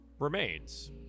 remains